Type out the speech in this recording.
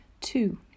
Two